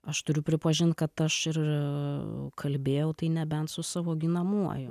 aš turiu pripažint kad aš ir kalbėjau tai nebent su savo ginamuoju